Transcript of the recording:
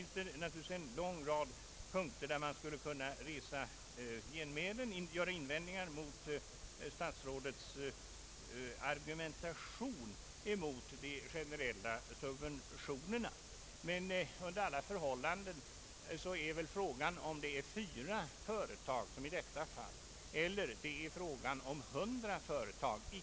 Naturligtvis finns det en lång rad punkter där man skulle kunna göra invändningar mot statsrådets argumentation mot generella subventioner. Under alla förhållanden har det väl inte någon avgörande betydelse om det är fråga om fyra företag, som i detta fall, eller hundra företag.